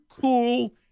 cool